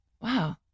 Wow